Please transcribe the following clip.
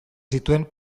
zituen